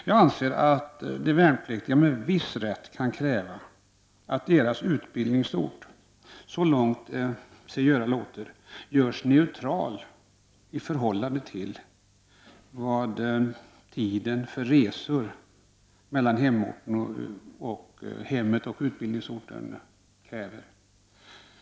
Jag anser att de värnpliktiga med viss rätt kan kräva att deras utbildningsort så långt det sig göra låter görs neutral vad avser den tid som resor mellan hemmet och utbildningsorten kräver.